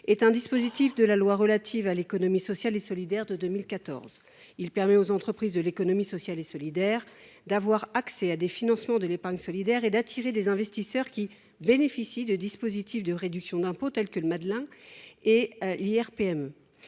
la loi du 30 juillet 2014 relative à l’économie sociale et solidaire. Il permet aux entreprises de l’économie sociale et solidaire d’avoir accès à des financements de l’épargne solidaire et d’attirer des investisseurs qui bénéficieront de dispositifs de réduction d’impôts tels que l’IR PME.